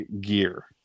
gear